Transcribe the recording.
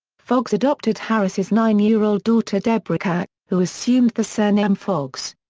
foxx adopted harris's nine year old daughter debreca, who assumed the surname foxx.